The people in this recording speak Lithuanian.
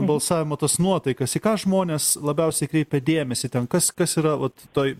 balsavimo tas nuotaikas į ką žmonės labiausiai kreipia dėmesį ten kas kas yra vat toj